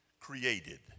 created